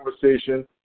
conversation